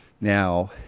Now